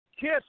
kiss